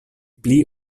pli